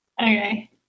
Okay